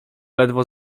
ledwo